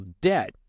debt